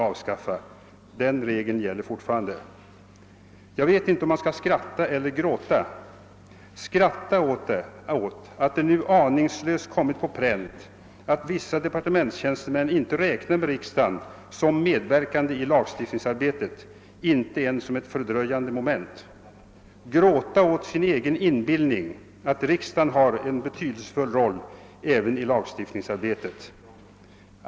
avskaffa.> Den regeln gäller fortfarande. : Jag vet inte om man skall skratta eller gråta — skratta åt att det nu aningslöst kommit på pränt att vissa departementstjänstemän inte räknar med riksdagen som medverkande i lagstiftningsarbetet, inte ens som ett fördröjande moment; gråta åt sin egen inbillning att riksdagen har en betydelsefull roll även 1 lagstiftningsarbetet.